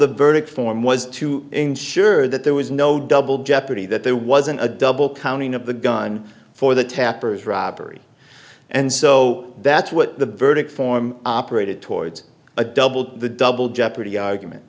the verdict form was to ensure that there was no double jeopardy that there wasn't a double counting of the gun for the tapper's robbery and so that's what the verdict form operated towards a double the double jeopardy argument